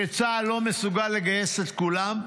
שצה"ל לא מסוגל לגייס את כולם,